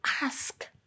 ask